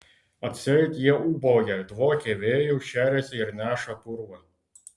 atseit jie ūbauja dvokia vėju šeriasi ir neša purvą